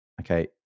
Okay